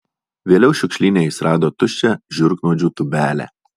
vėliau šiukšlyne jis rado tuščią žiurknuodžių tūbelę